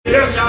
Yes